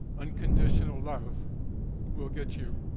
unconditional love will get you.